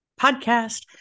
podcast